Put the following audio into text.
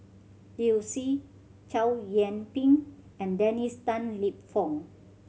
Liu Si Chow Yian Ping and Dennis Tan Lip Fong